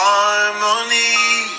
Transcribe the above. Harmony